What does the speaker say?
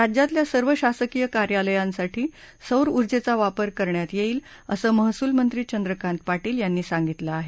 राज्यातल्या सर्व शासकीय कार्यालयांसाठी सौर ऊजेंचा वापर करण्यात येईल असं महसूल मंत्री चंद्रकांत पाटील यांनी सांगितलं आहे